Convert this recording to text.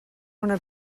una